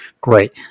great